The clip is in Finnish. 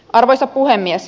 arvoisa puhemies